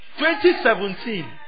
2017